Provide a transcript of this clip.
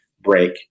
break